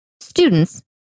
Students